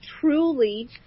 truly